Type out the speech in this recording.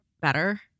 better